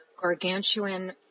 gargantuan